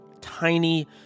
tiny